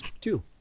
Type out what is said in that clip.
Two